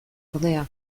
ordea